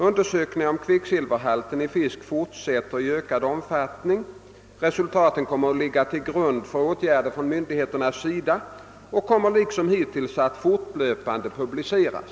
Undersökningarna om kvicksilverhalt i fisk fortsätter i ökad omfattning. Resultaten kommer att ligga till grund för åtgärder från myndigheternas sida och kommer liksom hittills fortlöpande att publiceras.